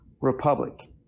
republic